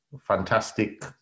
fantastic